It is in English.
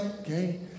okay